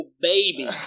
baby